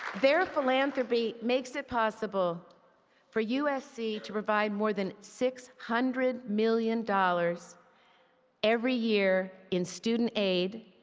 their philanthropy makes it possible for usc to provide more than six hundred million dollars every year in student aid,